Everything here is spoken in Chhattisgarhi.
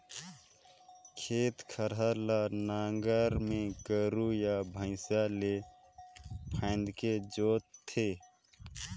खेत खार ल नांगर में गोरू या भइसा ले फांदके जोत थे